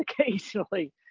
occasionally